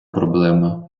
проблема